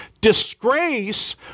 disgrace